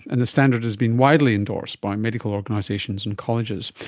and the standard has been widely endorsed by medical organisations and colleges.